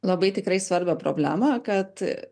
labai tikrai svarbią problemą kad